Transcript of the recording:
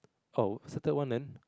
oh it's the third one then